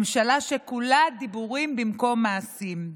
זאת ממשלה שכולה דיבורים במקום מעשים.